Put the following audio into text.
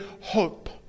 hope